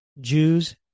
Jews